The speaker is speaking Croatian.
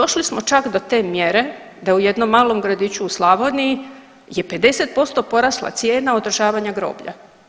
I došli smo čak do te mjere da u jednom malom gradiću u Slavoniji je 50% porasla cijena održavanja groblja.